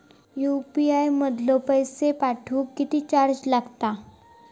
UPI मधलो पैसो पाठवुक किती चार्ज लागात?